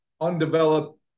undeveloped